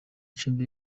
cumbi